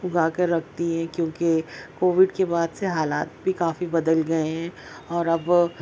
اگا کر رکھتی ہیں کیونکہ کووڈ کے بعد سے حالات بھی کافی بدل گئے ہیں اور اب